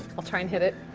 i'll try and hit it.